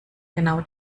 genau